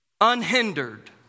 Unhindered